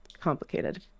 complicated